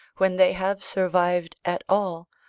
when they have survived at all,